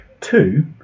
Two